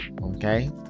okay